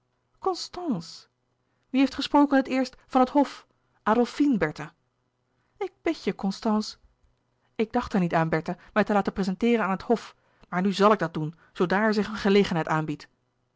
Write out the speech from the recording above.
constance wie heeft gesproken het eerst van het hof adolfine bertha ik bid je constance ik dacht er niet aan bertha mij te laten prezenteeren aan het hof maar nu zal ik dat doen zoodra er zich een gelegenheid aanbiedt